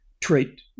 trait